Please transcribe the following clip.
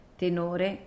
tenore